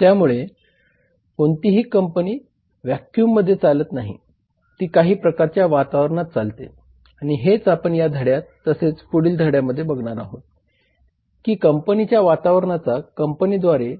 त्यामुळे कोणतीही कंपनी व्हॅक्यूममध्ये चालत नाही ती काही प्रकारच्या वातावरणात चालते आणि हेच आपण या धड्यात तसेच पुढील धड्यामध्ये बघणार आहोत की कंपनीच्या वातावरणाचा कंपनीद्वारे